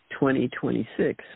2026